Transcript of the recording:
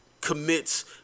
commits